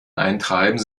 eintreiben